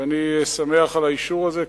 ואני שמח על האישור הזה,